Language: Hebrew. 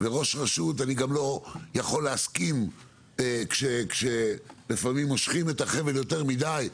אני גם לא יכול להסכים כשלפעמים מושכים את החבל יותר מדי,